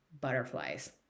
Butterflies